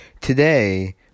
Today